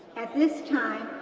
at this time,